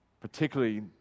particularly